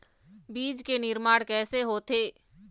बीज के निर्माण कैसे होथे?